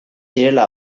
zirela